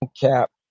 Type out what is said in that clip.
cap